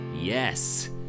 yes